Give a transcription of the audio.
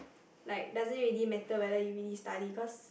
like doesn't really matter whether you really study cause